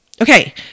Okay